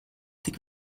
tik